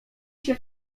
się